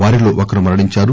వారిలో ఒకరు మరణించారు